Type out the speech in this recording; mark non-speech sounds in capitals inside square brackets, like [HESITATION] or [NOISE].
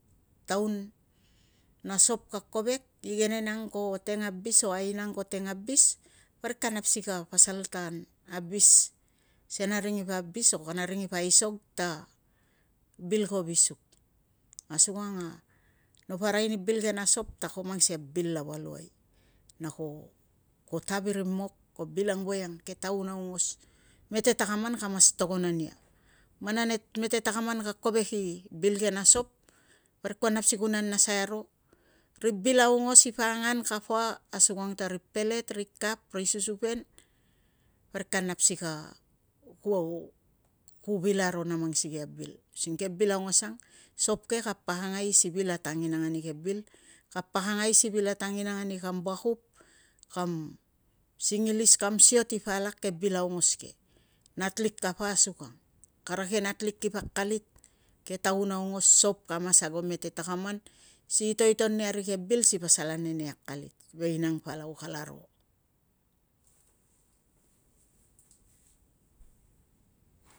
Taun a sop ka kovek igenen ang ko teng abis o aina ang ko teng abis, parik ka nap si ka pasal tan abis si kana ring ipa abis o kana ring ipo aisog ta bil ko visuk. Asukang a napo arai ni bil ke na sop ta ko mang sikei a bil lava luai na ko tavirimok na ko bil ang voiang ke taun aungos mete takaman ka mas togon ania. Man a mete takaman ka kovek i bil ke na sop parik kua nap si nanasai aro, ri bil aungos ipa angan kapa asukang ta ri pelet, ri kap, ri susupen parik ka nam si [HESITATION] ku vil aro na mang sikei a bul using ke bil aungos ang sop ke ko pakangai si vil atanginang ani ke bil, ka pakangai si vil atanginang ani kam vakup, kam singilis, kam siot ipa alak ke bil aongos ke. Natlik kapa asukang, kara ke nat lik kipa akalit, ke taun aunogos sop ka mas ago mete takaman si itoiton ani kari keve bil si pasal ane nei akalit. Vei nang palau kalaro.